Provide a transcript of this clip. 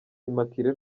immaculee